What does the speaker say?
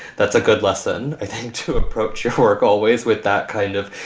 that's a good lesson, i think, to approach your work always with that kind of.